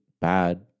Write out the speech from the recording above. bad